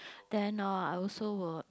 then uh I also will